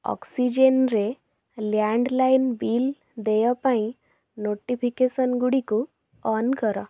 ଅକ୍ସିଜେନ୍ରେ landline bill ଦେୟ ପାଇଁ notification ଗୁଡ଼ିକୁ ଅନ୍ କର